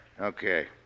Okay